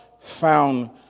found